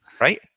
Right